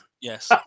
Yes